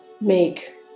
make